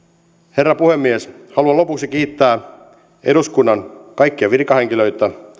herra puhemies haluan lopuksi kiittää eduskunnan kaikkia virkahenkilöitä